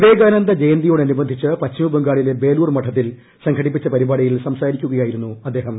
വിവേകാനന്ദ ജയന്തിയോടനുബന്ധിച്ച് പശ്ചിമ ബംഗാളിലെ ബേലൂർമഠത്തിൽ സംഘടിപ്പിച്ചു പരിപാടിയിൽ സംസാരിക്കുകയായിരുന്നു അദ്ദേഹം